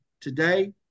today